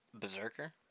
Berserker